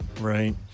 right